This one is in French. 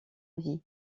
vie